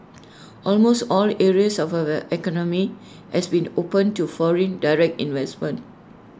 almost all areas of our economy has been opened to foreign direct investment